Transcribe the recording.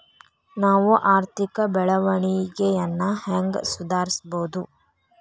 ನಾವು ಆರ್ಥಿಕ ಬೆಳವಣಿಗೆಯನ್ನ ಹೆಂಗ್ ಸುಧಾರಿಸ್ಬಹುದ್?